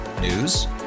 News